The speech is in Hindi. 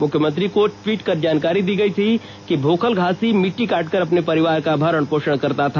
मुख्यमंत्री को ट्वीट कर जानकारी दी गयी थी कि भूखल घासी मिट्टी काटकर अपने परिवार का भरण पोषण करता था